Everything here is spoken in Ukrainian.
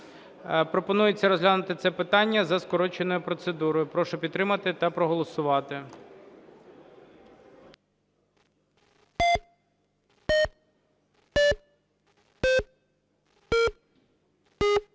Пропонується розглянути це питання за скороченою процедурою. Прошу підтримати та проголосувати.